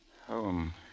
Home